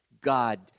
God